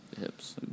Hips